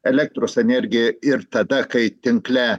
elektros energiją ir tada kai tinkle